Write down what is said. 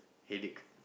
headache